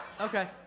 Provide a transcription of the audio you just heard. okay